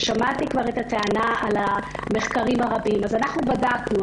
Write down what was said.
ושמעתי כבר את הטענה על המחקרים הרבים אנחנו בדקנו,